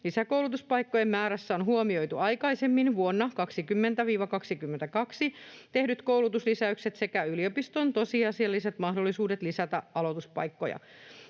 Lisäkoulutuspaikkojen määrässä on huomioitu aikaisemmin vuosina 2020—2022 tehdyt koulutuslisäykset sekä yliopistojen tosiasialliset mahdollisuudet lisätä aloituspaikkoja.